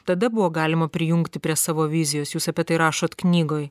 tada buvo galima prijungti prie savo vizijos jūs apie tai rašot knygoj